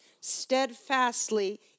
steadfastly